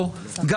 אבל לא,